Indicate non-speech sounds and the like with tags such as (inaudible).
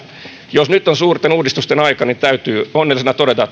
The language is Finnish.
jos nyt on suurten uudistusten aika niin täytyy onnellisena todeta (unintelligible)